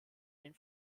den